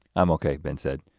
i'm okay ben said.